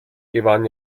gewann